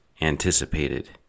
anticipated